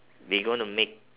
they gonna make